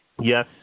Yes